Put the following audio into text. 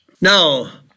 Now